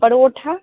परोठा